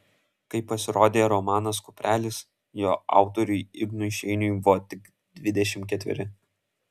kai pasirodė romanas kuprelis jo autoriui ignui šeiniui buvo tik dvidešimt ketveri